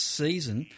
season